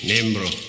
Nembro